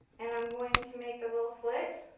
and i'm going to make the little slit.